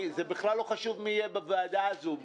זה בכלל לא חשוב מי יהיה בוועדה הזאת.